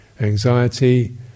anxiety